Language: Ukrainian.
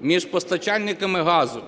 між постачальниками газу,